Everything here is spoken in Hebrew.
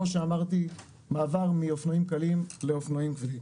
מעבר מאופנועים קלים לאופנועים כבדים.